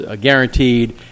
guaranteed